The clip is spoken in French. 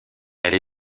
elle